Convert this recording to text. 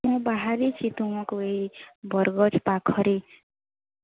ମୁଁ ବାହାରିଛି ତୁମକୁ ଏଇ ବରଗଛ ପାଖରେ